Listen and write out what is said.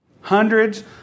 Hundreds